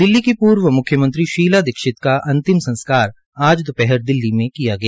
दिल्ली की पूर्व म्ख्यमंत्री शीला दीक्षित का अंतिम सरकार आज दोपहर बाद दिल्ली में किया गया